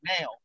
now